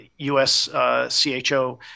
USCHO